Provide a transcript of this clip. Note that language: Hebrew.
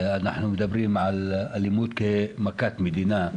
אנחנו מדברים על אלימות כמכת מדינה.